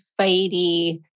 fighty